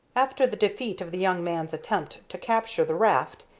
after the defeat of the young man's attempt to capture the raft,